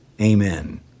Amen